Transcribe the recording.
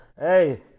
hey